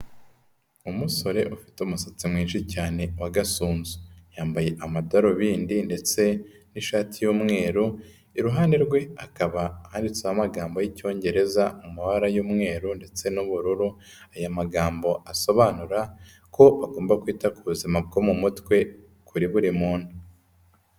Umusore ufite umusatsi mwinshi cyane wa gasunzu, yambaye amadarubindi ndetse n'ishati y'umweru, iruhande rwe hakaba handitseho amagambo y'Icyongereza mu mabara y'umweru ndetse n'ubururu aya magambo asobanura ko bagomba kwita ku buzima bwo mu mutwe kuri buri muntu.